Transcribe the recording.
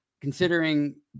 considering